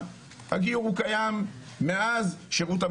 כמה יש חוץ מכאלו שרושמים